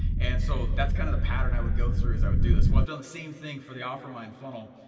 and so that's kinda kind of the pattern i would go through as i would do this. well i've done the same thing for the offermind funnel,